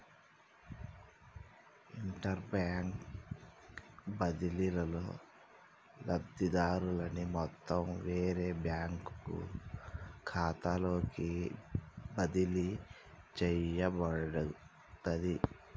interbank బదిలీలో, లబ్ధిదారుని మొత్తం వేరే బ్యాంకు ఖాతాలోకి బదిలీ చేయబడుతది